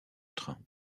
trains